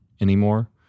anymore